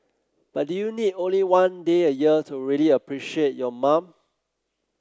but do you need only one day a year to really appreciate your mom